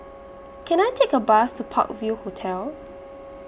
Can I Take A Bus to Park View Hotel